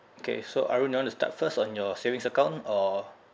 okay so arwin you want to start first on your savings account or